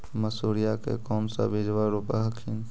मसुरिया के कौन सा बिजबा रोप हखिन?